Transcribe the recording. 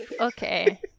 okay